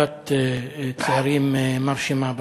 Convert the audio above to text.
קבוצת צעירים מרשימה.